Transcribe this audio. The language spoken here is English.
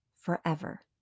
forever